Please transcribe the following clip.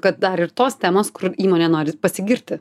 kad dar ir tos temos kur įmonė nori pasigirti